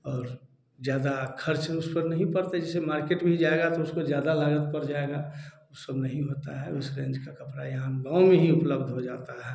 और ज्यादा खर्च उस पर नहीं पड़ता जैसे मार्केट में जाएगा तो उसको ज्यादा लागत पड़ जाएगा उ सब नहीं होता है उस रेंज का कपड़ा यहाँ गाँव में ही उपलब्ध हो जाता है